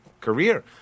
career